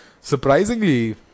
surprisingly